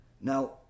now